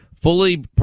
fully